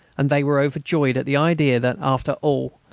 and they were overjoyed at the idea that, after all,